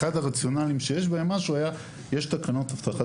אחד הרציונלים שיש בהם משהו היה שיש תקנות אבטחת